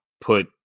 put